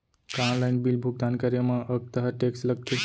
का online bill भुगतान करे मा अक्तहा टेक्स लगथे?